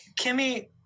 Kimmy